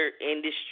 industry